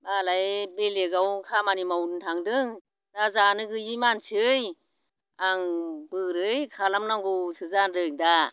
मालाय बेलेगाव खामानि मावनो थांदों दा जानो गैयि मानसि आं बोरै खालामनांगौसो जादों दा